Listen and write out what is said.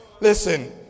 Listen